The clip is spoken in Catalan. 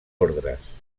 ordres